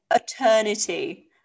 eternity